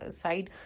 side